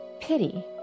pity